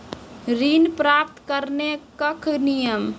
ऋण प्राप्त करने कख नियम?